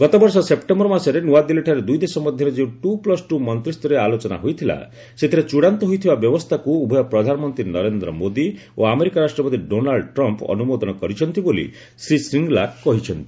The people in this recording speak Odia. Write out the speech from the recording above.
ଗତବର୍ଷ ସେପ୍ଟେମ୍ବର ମାସରେ ନୁଆଦିଲ୍ଲୀଠାରେ ଦୁଇଦେଶ ମଧ୍ୟରେ ଯେଉଁ ଟୁ ପ୍ରୁସ୍ ଟୁ ମନ୍ତ୍ରୀୟ ଆଲୋଚନା ହୋଇଥିଲା ସେଥିରେ ଚ୍ଚଡ଼ାନ୍ତ ହୋଇଥିବା ବ୍ୟବସ୍ଥାକୁ ଉଭୟ ପ୍ରଧାନମନ୍ତ୍ରୀ ନରେନ୍ଦ୍ର ମୋଦି ଓ ଆମେରିକା ରାଷ୍ଟ୍ରପତି ଡୋନାଲ୍ଡ ଟ୍ରମ୍ପ ଅନୁମୋଦନ କରିଛନ୍ତି ବୋଲି ଶ୍ରୀ ଶ୍ରୀଙ୍ଗ୍ଲା କହିଚ୍ଛନ୍ତି